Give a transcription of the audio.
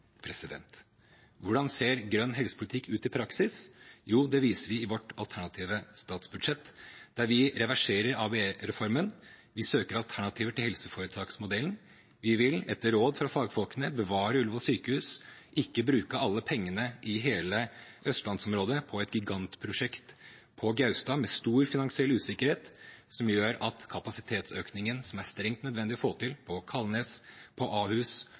i vårt alternative statsbudsjett, der vi reverserer ABE-reformen, vi søker alternativer til helseforetaksmodellen. Vi vil, etter råd fra fagfolkene, bevare Ullevål sykehus, ikke bruke alle pengene i hele østlandsområdet på et gigantprosjekt på Gaustad med stor finansiell usikkerhet, som gjør at kapasitetsøkningen som er strengt nødvendig å få til på Kalnes, på Ahus